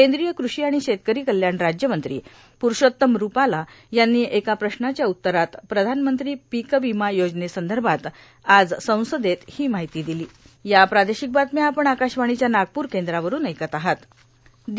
केंद्रीय कृषी आणि शेतकरी कल्याण राज्यमंत्री प्रुषोत्तम रूपाला यांनी एका प्रश्नाच्या उत्तरात प्रधानमंत्री पीक विमा योजनेसंदर्भात आज संसदेत ही माहिती दिली आहे